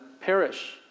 perish